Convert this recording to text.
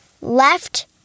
Left